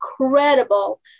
incredible